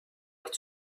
üht